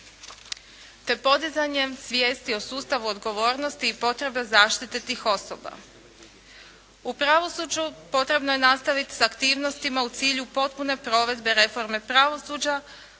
te podizanjem svijesti o sustavu odgovornosti i potrebe zaštite tih osoba. U pravosuđu potrebno je nastaviti s aktivnostima u cilju potpune provedbe reforme pravosuđa,